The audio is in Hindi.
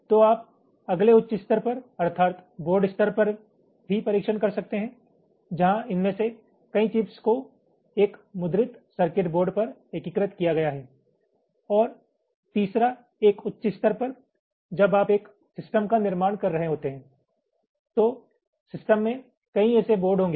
तो आप अगले उच्च स्तर पर अर्थात् बोर्ड स्तर पर भी परीक्षण कर सकते हैं जहाँ इनमें से कई चिप्स को एक मुद्रित सर्किट बोर्ड पर एकीकृत किया गया है और तीसरा एक उच्च स्तर पर जब आप एक सिस्टम का निर्माण कर रहे होते हैं तो सिस्टम में कई ऐसे बोर्ड होंगे